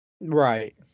right